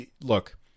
look